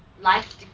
life